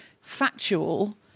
factual